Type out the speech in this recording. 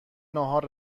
ناهار